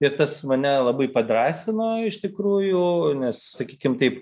ir tas mane labai padrąsino iš tikrųjų nes sakykim taip